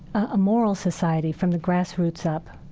a moral society from the grassroots up.